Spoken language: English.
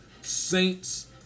Saints